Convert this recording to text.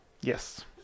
Yes